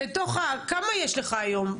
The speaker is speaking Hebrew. כמה יש לך היום?